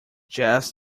jazz